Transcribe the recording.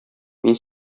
мин